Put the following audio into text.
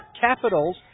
Capitals